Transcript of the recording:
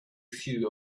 few